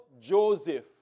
Joseph